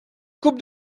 coupe